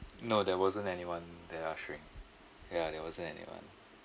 no there wasn't anyone there ushering ya there wasn't anyone